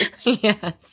Yes